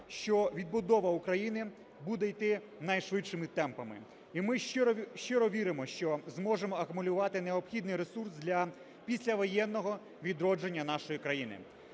що відбудова України буде йти найшвидшими темпами. І ми щиро віримо, що зможемо акумулювати необхідний ресурс для післявоєнного відродження нашої країни.